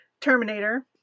Terminator